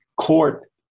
court